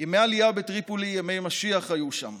ימי העלייה בטריפולי, ימי משיח היו שם.